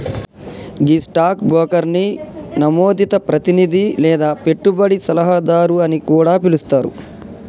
గీ stock బ్రోకర్ని నమోదిత ప్రతినిధి లేదా పెట్టుబడి సలహాదారు అని కూడా పిలుస్తారు